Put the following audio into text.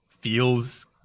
feels